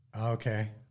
Okay